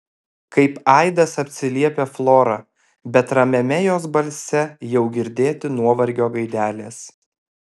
kaip aidas atsiliepia flora bet ramiame jos balse jau girdėti nuovargio gaidelės